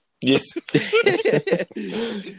Yes